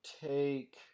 take